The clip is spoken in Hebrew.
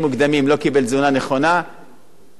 אתה לא תראה אותו על מגרש המסדרים בקורס טיס,